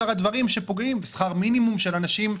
שכר מינימום של אנשים,